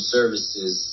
Services